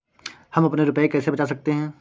हम अपने रुपये कैसे बचा सकते हैं?